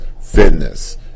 fitness